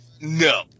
no